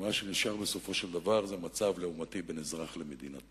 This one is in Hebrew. מה שנשאר בסופו של דבר זה המצב הלעומתי בין האזרח למדינתו.